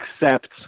accept